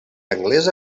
anglès